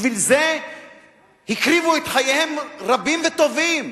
בשביל זה הקריבו את חייהם רבים וטובים,